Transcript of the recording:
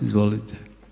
Izvolite.